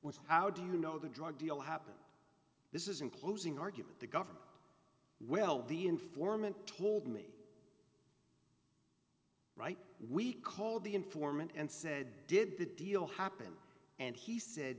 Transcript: was how do you know the drug deal happened this is including argument the government well the informant told me right we called the informant and said did the deal happen and he said